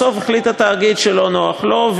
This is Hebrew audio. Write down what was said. בסוף החליט התאגיד שלא נוח לו,